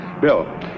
Bill